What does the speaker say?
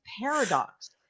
paradox